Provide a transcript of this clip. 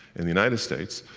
in the united states,